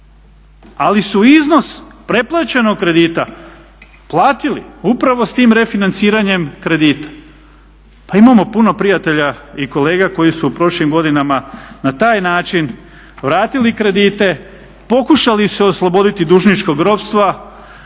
ali su iznos pretplaćenog kredita platili upravo sa tim refinanciranjem kredita. Pa imamo puno prijatelja i kolega koji su u prošlim godinama na taj način vratili kredite, pokušali se osloboditi dužničkog ropstva.